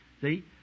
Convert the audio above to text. See